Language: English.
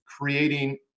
creating